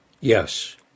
Yes